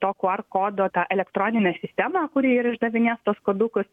to qr kodo tą elektroninę sistemą kuri ir išdavinės tuos kuodukus